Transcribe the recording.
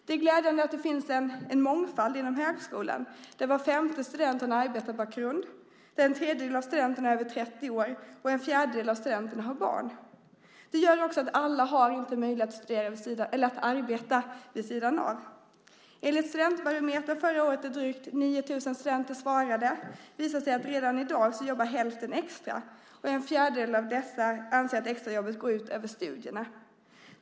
Det är glädjande att det finns en mångfald inom högskolan där var femte student har en arbetarbakgrund, en tredjedel av studenterna är över 30 år och en fjärdedel av studenterna har barn. Det gör också att alla inte har möjlighet att arbeta vid sidan av. Enligt studentbarometern förra året, där drygt 9 000 studenter svarade, visade det sig att redan i dag jobbar hälften extra. En fjärdedel av dessa anser att extrajobbet går ut över studierna.